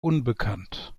unbekannt